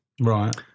Right